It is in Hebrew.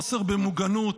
חוסר במוגנות,